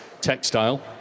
textile